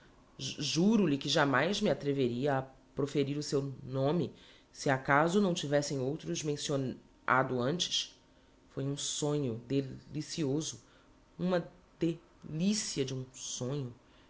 atrapalhada juro-lhe que jamais me atreveria a proferir o seu n ôme se acaso o não tivessem outros mencion ado antes foi um sonho de licioso uma de licia de um sonho